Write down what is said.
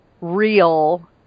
real